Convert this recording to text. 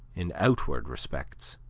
in outward respects.